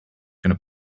gonna